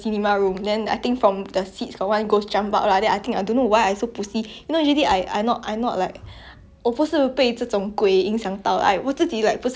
我不是被这种鬼影响到我自己 like 不是很信鬼 lah but like you know I just I just don't like like 我们都要还钱去吓自己 what's the point